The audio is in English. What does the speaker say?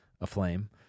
aflame